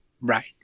Right